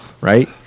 right